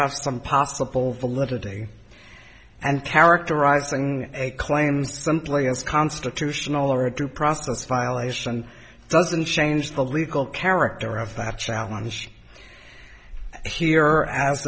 have some possible validity and characterizing a claim some play as constitutional or a due process violation doesn't change the legal character of that challenge here